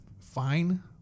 fine